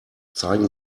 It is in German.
zeigen